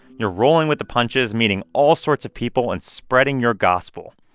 you're rolling with the punches, meeting all sorts of people and spreading your gospel.